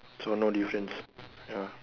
so no difference ya